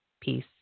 Peace